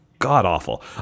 God-awful